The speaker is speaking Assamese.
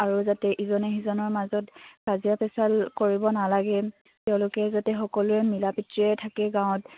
আৰু যাতে ইজনে সিজনৰ মাজত কাজিয়া পেচাল কৰিব নালাগে তেওঁলোকে যাতে সকলোৱে মিলা প্ৰীতিৰে থাকে গাঁৱত